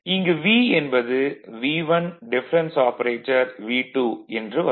இங்கு V என்பது V1 difference operator V2 என்று வரும்